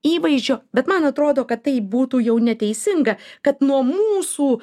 įvaizdžio bet man atrodo kad tai būtų jau neteisinga kad nuo mūsų